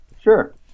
Sure